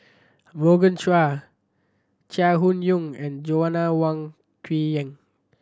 Morgan Chua Chai Hon Yoong and Joanna Wong Quee Heng